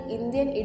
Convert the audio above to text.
Indian